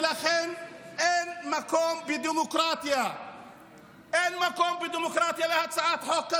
ולכן אין מקום בדמוקרטיה להצעת חוק כזו.